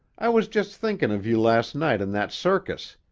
i was just thinkin' of you last night in that circus.